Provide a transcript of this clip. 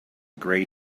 gray